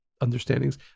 understandings